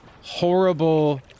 horrible